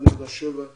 1.7%